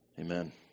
Amen